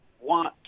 want